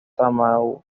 tamaulipas